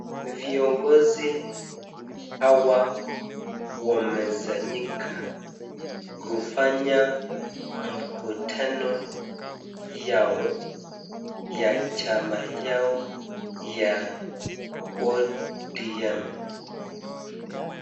Viongozi hawa wamezanyika kufanya mkutano yao ya chama yao ya ODM.